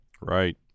Right